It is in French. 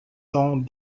cent